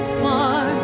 far